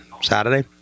Saturday